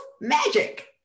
magic